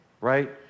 right